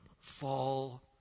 Fall